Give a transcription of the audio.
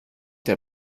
der